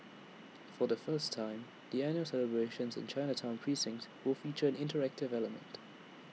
for the first time the annual celebrations in Chinatown precinct will feature an interactive element